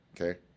Okay